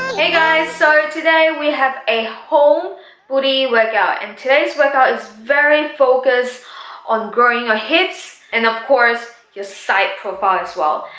hey guys so today we have a whole booty workout and today's workout is very focused on growing your ah hips and of course your side profile as well,